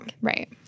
right